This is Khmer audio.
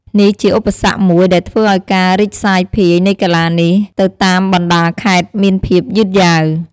នេះជាឧបសគ្គមួយដែលធ្វើឱ្យការរីកសាយភាយនៃកីឡានេះទៅតាមបណ្ដាខេត្តមានភាពយឺតយ៉ាវ។